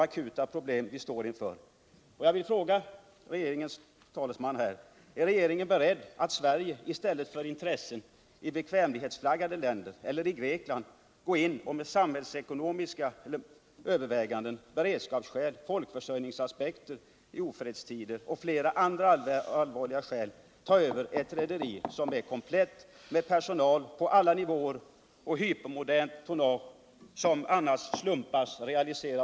Men här handlar det också om tryggheten för ett stort antal anställda inom rederibranschen som sådan, inte bara inom Gränges Shipping, där 450 personer direkt berörs. Det är också viktigt att slå fast vilket ansvar samhället har framöver när det gäller de tunga basindustrierna, som alltid varit mycket beroende av vår rederinäring,i detta fall representerad av Gränges Shipping. Det finns t.ex. en sådan koppling till LKAB:s malmtransporter över Narvik och Luleå. Vilket beroende har 1. ex. SSAB av en effektiv transportapparat på det här området tramöver? Hur skall vi klara den framtida oljetmporten, om vi inte klarar denna del av det svenska näringslivet?